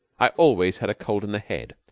i always had a cold in the head.